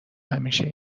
همیشه